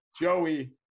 Joey